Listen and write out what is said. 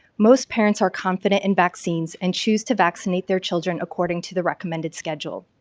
most parents are confident in vaccines and choose to vaccinate their children according to the recommended schedule.